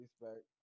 respect